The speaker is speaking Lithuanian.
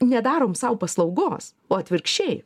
nedarom sau paslaugos o atvirkščiai